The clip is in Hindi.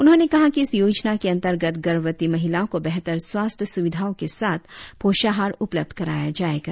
उन्होंने कहा कि इस योजना के अंतर्गत गर्भवती महिलाओं को बेहतर स्वास्थ्य सुविधाओं के साथ पोषाहार उपलब्ध कराया जाएगा